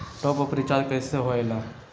Top up recharge कइसे होएला?